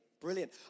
Brilliant